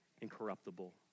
incorruptible